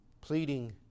pleading